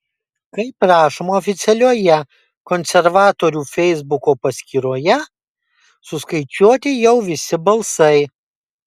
kaip rašoma oficialioje konservatorių feisbuko paskyroje suskaičiuoti jau visi balsai